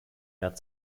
mehr